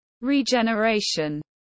regeneration